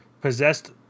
possessed